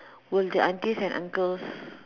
will the aunties and uncles